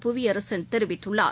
புவியரசன் தெரிவித்துள்ளார்